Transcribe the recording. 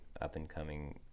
up-and-coming